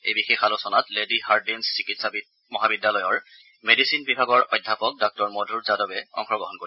এই বিশেষ আলোচনাত লেডী হাৰ্ডিঞ্জ চিকিৎসা মহাবিদ্যালয়ৰ মেডিচিন বিভাগৰ অধ্যাপক ডাঃ মধুৰ যাদৱে অংশগ্ৰহণ কৰিব